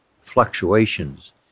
fluctuations